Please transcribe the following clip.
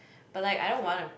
but like I don't want